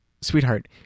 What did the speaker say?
sweetheart